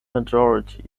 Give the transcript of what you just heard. majority